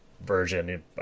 version